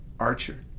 Archer